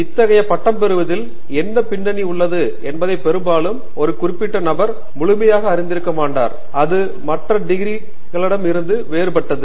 இத்தகைய பட்டம் பெறுவதில் என்ன பின்னணி உள்ளது என்பதை பெரும்பாலும் ஒரு குறிப்பிட்ட நபர் முழுமையாக அறிந்திருக்க மாட்டார் அது மற்ற டிகிரிகளிடமிருந்து வேறுபட்டது